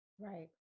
Right